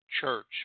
church